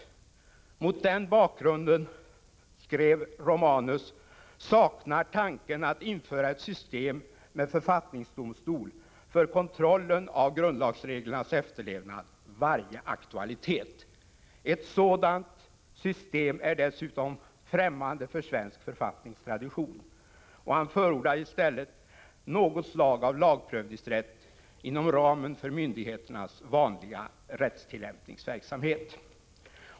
Mot den bakgrunden saknar, fortsätter Romanus, tanken att införa ett system med författningsdomstol för kontrollen av grundlagsreglernas efterlevnad varje aktualitet. Ett sådant system är dessutom främmande för svensk författningstradition. Romanus förordar i stället något slag av lagprövningsrätt inom ramen för myndigheternas vanliga rättstillämpningsverksamhet.